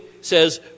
says